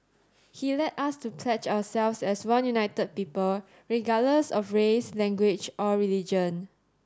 he led us to pledge ourselves as one united people regardless of race language or religion